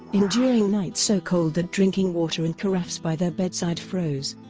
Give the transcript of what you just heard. enduring nights so cold that drinking water in carafes by their bedside froze.